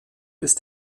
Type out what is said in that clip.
ist